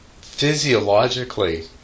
Physiologically